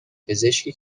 پزشکی